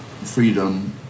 freedom